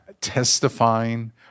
testifying